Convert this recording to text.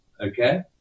okay